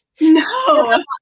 No